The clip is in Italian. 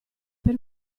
per